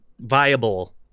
viable